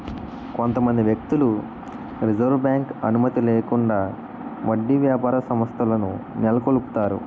కొంతమంది వ్యక్తులు reserve bank అనుమతి లేకుండా వడ్డీ వ్యాపార సంస్థలను నెలకొల్పుతారు